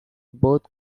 both